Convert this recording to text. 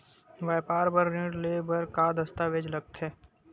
व्यापार बर ऋण ले बर का का दस्तावेज लगथे?